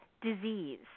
disease